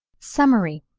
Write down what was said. summary.